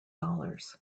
dollars